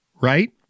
right